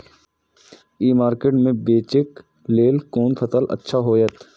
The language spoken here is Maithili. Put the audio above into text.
ई मार्केट में बेचेक लेल कोन फसल अच्छा होयत?